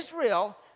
Israel